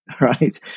right